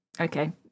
Okay